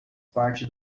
parte